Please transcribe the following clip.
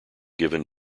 given